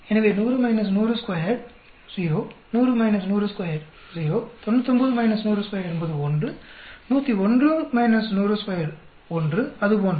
எனவே 100 1002 0 100 1002 0 99 1002 என்பது 1 101 1002 1 அது போன்றது